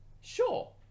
Sure